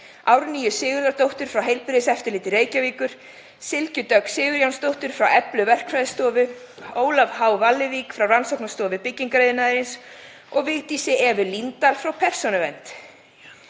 Árnýju Sigurðardóttur frá Heilbrigðiseftirliti Reykjavíkur, Sylgju Dögg Sigurjónsdóttur frá Eflu verkfræðistofu, Ólaf H. Wallevik frá Rannsóknastofu byggingariðnaðarins og Vigdísi Evu Líndal frá Persónuvernd.